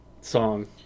song